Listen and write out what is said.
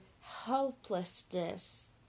helplessness